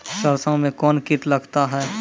सरसों मे कौन कीट लगता हैं?